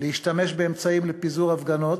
להשתמש באמצעים לפיזור הפגנות,